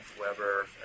Weber